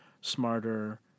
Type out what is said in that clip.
smarter